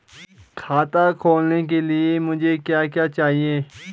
खाता खोलने के लिए मुझे क्या क्या चाहिए?